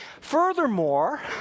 Furthermore